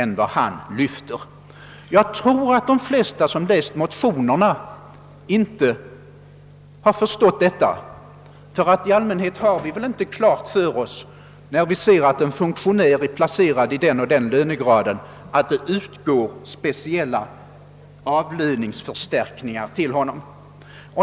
Jag tror att de flesta som läst motionerna inte har insett detta. Vi får väl i allmänhet inte klart för oss när vi ser att en funktionär är placerad i en viss lönegrad, att det också kan utgå speciella avlöningsförstärkningar till denne.